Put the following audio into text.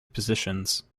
positions